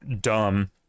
Dumb